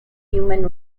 human